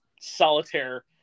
solitaire